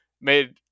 made